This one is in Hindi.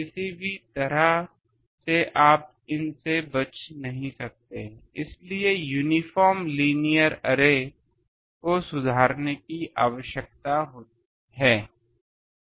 किसी भी तरह से आप इन से बच नहीं सकते हैं इसलिए यूनिफ़ॉर्म लीनियर अरे को सुधारने की आवश्यकता है